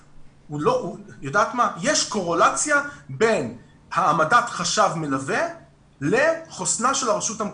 יש קורלציה בין העמדת חשב מלווה לחוסנה של הרשות המקומית.